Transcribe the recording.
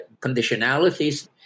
conditionalities